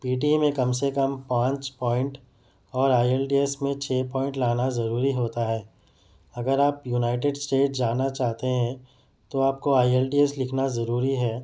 P T A میں کم سے کم پانچ پوائنٹ اور آئی ایل ڈی ایس میں چھ پوائنٹ لانا ضروری ہوتا ہے اگر آپ یونائٹیڈ اسٹیٹ جانا چاہتے ہیں تو آپ کو آئی ایل ڈی ایس لکھنا ضروری ہے